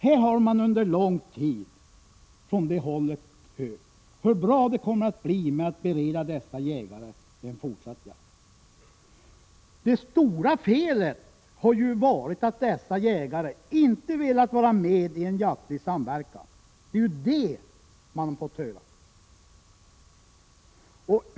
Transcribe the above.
Här har man under lång tid från det hållet fått höra hur bra det kommer att bli genom att man bereder dessa jägare en fortsatt jakt. Det stora felet har ju varit att dessa jägare inte velat vara med i en jaktlig samverkan; det är ju det man har fått höra.